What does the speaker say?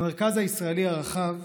המרכז הישראלי הרחב,